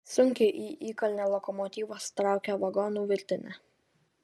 sunkiai į įkalnę lokomotyvas traukia vagonų virtinę